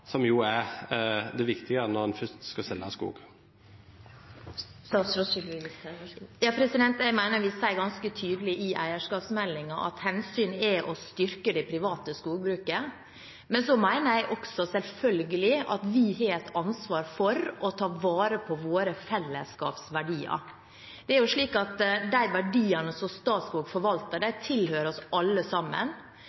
som jo er det viktige når en først skal selge skog? Jeg mener vi sier ganske tydelig i eierskapsmeldingen at hensynet er å styrke det private skogbruket. Men så mener jeg selvfølgelig også at vi har et ansvar for å ta vare på våre fellesskapsverdier. Det er slik at de verdiene som Statskog forvalter, tilhører oss alle sammen,